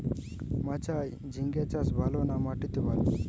মাচায় ঝিঙ্গা চাষ ভালো না মাটিতে ভালো?